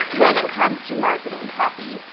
when it comes to marketing copy,